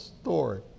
story